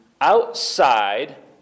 Outside